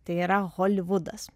tai yra holivudas